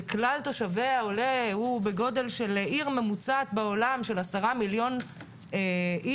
שכלל תושביה הוא בגודל של עיר ממוצעת בעולם של 10 מיליון איש,